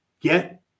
get